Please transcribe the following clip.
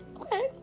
Okay